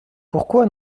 pourquoi